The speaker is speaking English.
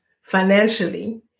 financially